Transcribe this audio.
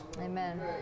Amen